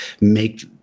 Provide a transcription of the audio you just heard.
make